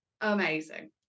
amazing